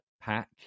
pack